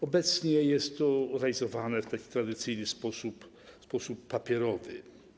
Obecnie jest to realizowane w tradycyjny sposób, w sposób papierowy.